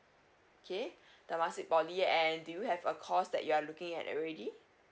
okay temasek P_O_L_Y and do you have a course that you are looking at already